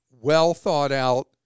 well-thought-out